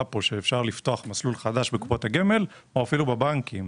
פה שאפשר לפתוח מסלול חדש בקופת הגמל או אפילו בבנקים.